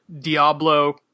Diablo